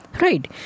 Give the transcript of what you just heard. right